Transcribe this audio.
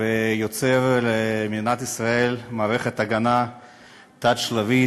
ויוצר למדינת ישראל מערכת הגנה תלת-שלבית.